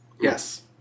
Yes